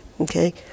okay